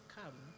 come